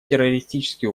террористические